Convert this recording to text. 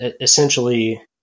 essentially